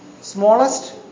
smallest